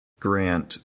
grant